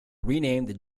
renamed